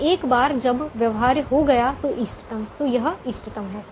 और एक बार जब यह व्यवहार्य हो गया तो यह इष्टतम है